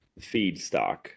feedstock